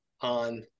on